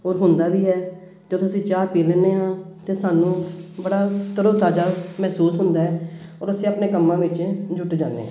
ਹੋਰ ਹੁੰਦਾ ਵੀ ਹੈ ਜਦੋਂ ਅਸੀਂ ਚਾਹ ਪੀ ਲੈਂਦੇ ਹਾਂ ਤਾਂ ਸਾਨੂੰ ਬੜਾ ਤਰੋਤਾਜ਼ਾ ਮਹਿਸੂਸ ਹੁੰਦਾ ਹੈ ਔਰ ਅਸੀਂ ਆਪਣੇ ਕੰਮਾਂ ਵਿੱਚ ਜੁੱਟ ਜਾਂਦੇ ਹਾਂ